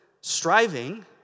Striving